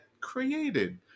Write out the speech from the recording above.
created